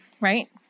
Right